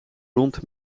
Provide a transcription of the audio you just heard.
rond